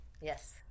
Yes